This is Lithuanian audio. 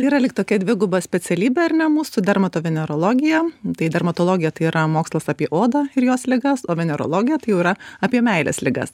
yra lyg tokią dviguba specialybė ar ne mūsų dermatovenerologija tai dermatologija tai yra mokslas apie odą ir jos ligas o venerologija tai jau yra apie meilės ligas